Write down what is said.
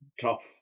tough